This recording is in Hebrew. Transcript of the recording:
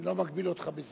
אני לא מגביל אותך בזמן,